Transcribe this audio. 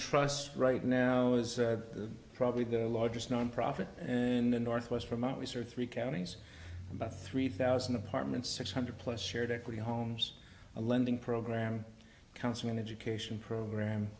trust right now is probably the largest nonprofit and the northwest from out research three counties about three thousand apartments six hundred plus shared equity homes a lending program counseling an education program